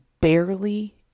barely